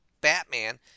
Batman